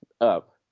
up